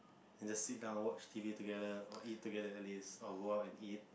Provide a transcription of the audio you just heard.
and just sit down watch T_V together or eat together at least or go out and eat